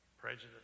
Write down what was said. prejudice